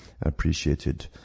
appreciated